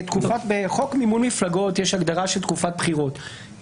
בחוק מימון מפלגות יש הגדרה של תקופת בחירות,